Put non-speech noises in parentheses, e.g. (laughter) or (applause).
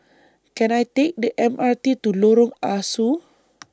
Can I Take The M R T to Lorong Ah Soo (noise)